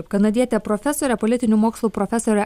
kanadietė profesorė politinių mokslų profesorė